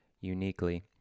uniquely